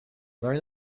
learn